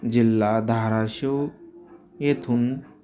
जिल्हा धाराशिव येथून